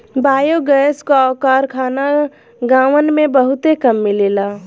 biogas क कारखाना गांवन में बहुते कम मिलेला